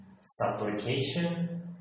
supplication